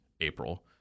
April